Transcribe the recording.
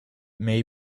may